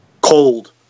cold